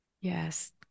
Yes